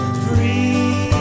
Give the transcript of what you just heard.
free